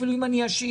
אפילו אם אני עשיר..